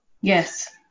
Yes